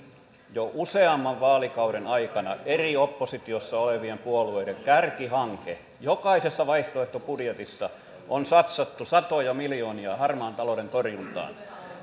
jo useamman vaalikauden aikana oppositiossa olevien eri puolueiden kärkihanke jokaisessa vaihtoehtobudjetissa on satsattu satoja miljoonia harmaan talouden torjuntaan